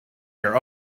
your